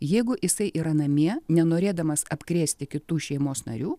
jeigu jisai yra namie nenorėdamas apkrėsti kitų šeimos narių